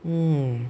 mm